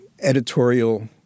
editorial